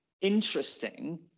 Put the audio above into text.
interesting